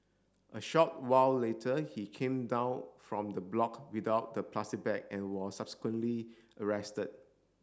a short while later he came down from the block without the plastic bag and was subsequently arrested